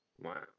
Wow